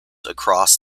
across